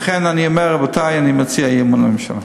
לכן אני אומר: רבותי, אני מציע אי-אמון בממשלה.